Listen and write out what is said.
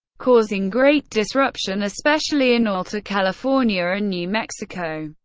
causing great disruption especially in alta california and new mexico.